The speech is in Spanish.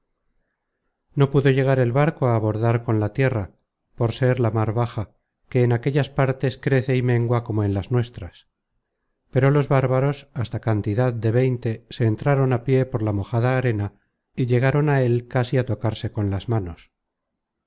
no pudo llegar el barco á abordar con la tierra por ser la mar baja que en aquellas partes crece y mengua como en las nuestras pero los bárbaros hasta cantidad de veinte se entraron á pié por la mojada arena y llegaron á él casi á tocarse con las manos